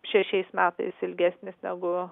šešiais metais ilgesnis negu